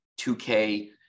2k